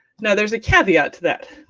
now, there's a caveat to that.